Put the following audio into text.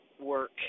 work